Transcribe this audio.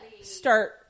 start